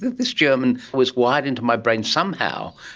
this german was wired into my brain somehow.